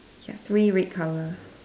ya three red colour